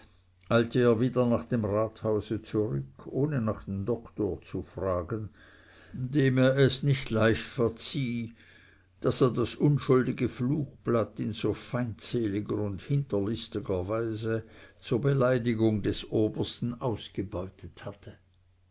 eilte er wieder nach dem rathause zurück ohne nach dem doktor zu fragen dem er es nicht leicht verzieh daß er das unschuldige flugblatt in so feindseliger und hinterlistiger weise zur beleidigung des obersten ausgebeutet hatte